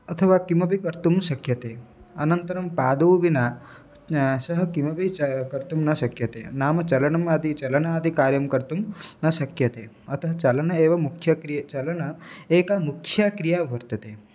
अथवा किमपि कर्तुं शक्यते अनन्तरं पादौ विना सः किमपि च कर्तुं शक्यते नाम चलनम् आदि चलनादिकार्यं कर्तुं न शक्यते अतः चलनम् एव मुख्यक्रिया चलनम् एका मुख्या क्रिया वर्तते